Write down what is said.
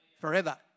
forever